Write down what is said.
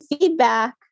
feedback